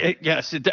Yes